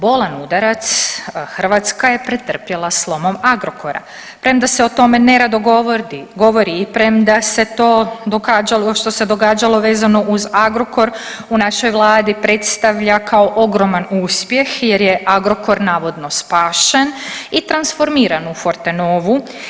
Bolan udarac Hrvatska je pretrpjela slomom Agrokora premda se o tome nerado govori i premda se to događalo što se događalo vezano uz Agrokor u našoj vladi predstavlja kao ogroman uspjeh jer je Agrokor navodno spašen i transformiran u Fortenovu.